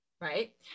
Right